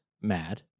mad